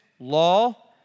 law